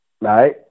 Right